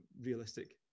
realistic